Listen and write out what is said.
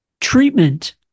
treatment